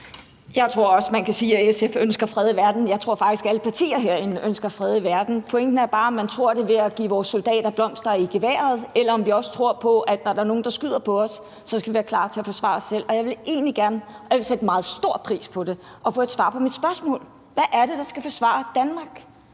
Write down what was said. (SF): Jeg tror også, man kan sige, at SF ønsker fred i verden. Jeg tror faktisk, at alle partier herinde ønsker fred i verden. Pointen er bare, om man tror, at det sker ved at give vores soldater blomster i geværerne, eller om man tror på, at når der er nogen, der skyder på os, så skal vi være klar til at forsvare os selv. Jeg vil egentlig gerne – og jeg vil sætte meget stor pris på det – have et svar på mit spørgsmål: Hvad er det, der skal forsvare Danmark?